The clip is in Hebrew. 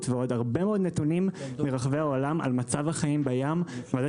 ועוד הרבה מאוד נתונים מרחבי העולם על מצב החיים בים ועל זה